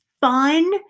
fun